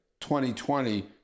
2020